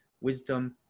wisdom